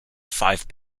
five